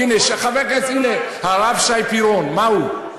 הנה, הרב שי פירון, מה הוא?